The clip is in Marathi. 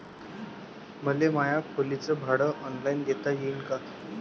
मले माया खोलीच भाड ऑनलाईन देता येईन का?